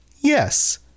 Yes